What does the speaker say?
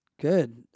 Good